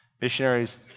Missionaries